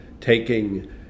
taking